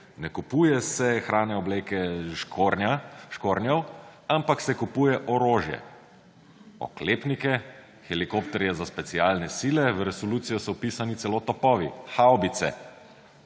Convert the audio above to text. Ne kupuje se hrane, obleke, škornjev, ampak se kupuje orožje, oklepnike, helikopterje za specialne sile. V resolucijo so vpisani celo topovi, havbice.